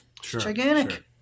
gigantic